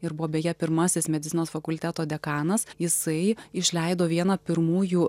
ir buvo beje pirmasis medicinos fakulteto dekanas jisai išleido vieną pirmųjų